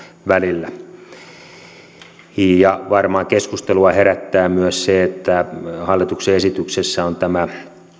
välillä varmaan keskustelua herättää myös se että hallituksen esityksessä on tämä